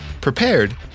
prepared